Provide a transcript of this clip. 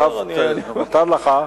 עכשיו מותר לך,